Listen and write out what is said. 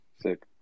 Sick